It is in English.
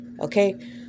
Okay